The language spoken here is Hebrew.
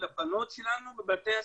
לבנות שלנו בבתי הספר.